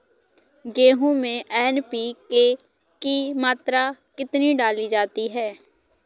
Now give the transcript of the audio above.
गेहूँ में एन.पी.के की मात्रा कितनी डाली जाती है?